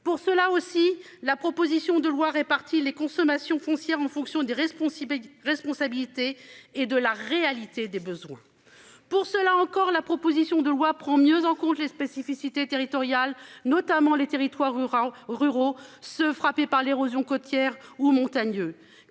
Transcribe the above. pour cela aussi la proposition de loi répartis les consommations foncière en fonction des responsabilités, responsabilités et de la réalité des besoins. Pour cela, encore, la proposition de loi prend mieux en compte les spécificités territoriales notamment les territoires ruraux ruraux se frappés par l'érosion côtière ou montagne